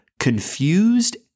confused